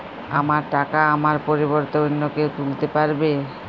আমার টাকা আমার পরিবর্তে অন্য কেউ তুলতে পারবে?